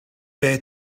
beth